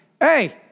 hey